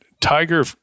Tiger